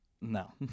No